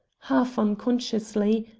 half unconsciously,